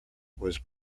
was